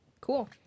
Cool